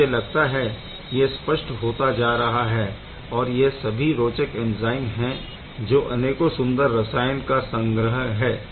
मुझे लगता है यह स्पष्ट होता जा रहा है और यह सभी रोचक एंज़ाइम है जो अनेकों सुंदर रसायन का संग्रह है